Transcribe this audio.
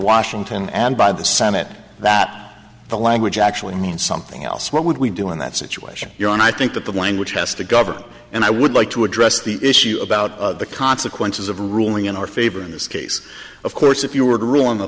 washington and by the senate that the language actually means something else what would we do in that situation you know and i think that the language has to govern and i would like to address the issue about the consequences of ruling in our favor in this case of course if you were to rule on the